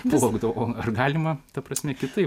plaukdavau ar galima ta prasme kitaip